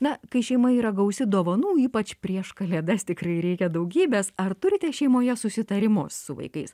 na kai šeima yra gausi dovanų ypač prieš kalėdas tikrai reikia daugybės ar turite šeimoje susitarimus su vaikais